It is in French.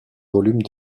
volume